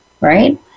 right